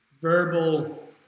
verbal